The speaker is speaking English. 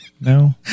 No